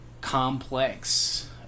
complex